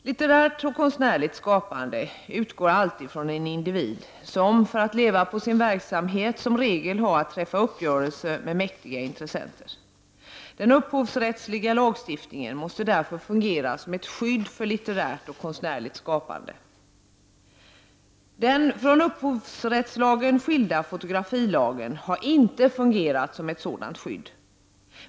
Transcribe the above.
Litterärt och konstnärligt skapande utgår alltid från en individ, som för att leva på sin verksamhet i regel har att träffa uppgörelse med mäktiga intressenter. Den upphovsrättsliga lagstiftningen måste därför fungera som ett skydd för litterärt och konstnärligt skapande. Den från upphovsrättslagen skilda fotografilagen har inte fungerat som ett sådant skydd.